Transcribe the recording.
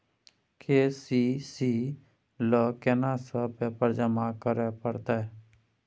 KCC ल केना सब पेपर जमा करै परतै?